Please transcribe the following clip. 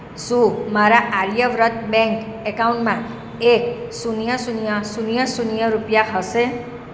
શું મારા આર્યાવ્રત બેંક એકાઉન્ટમાં એક શૂન્ય શૂન્ય શૂન્ય શૂન્ય રૂપિયા હશે